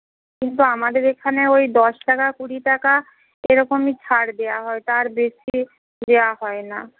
কিন্তু আমাদের এখানে ওই দশ টাকা কুড়ি টাকা এরকমই ছাড় দেওয়া হয় তার বেশি দেওয়া হয় না